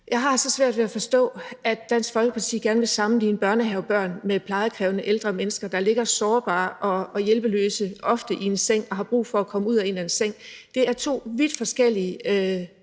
jeg så svært ved at forstå, at Dansk Folkeparti gerne vil sammenligne børnehavebørn med plejekrævende ældre mennesker, der ligger sårbare og hjælpeløse, ofte i en seng, og har brug for at komme ud af og ind i en seng. Det er to vidt forskellige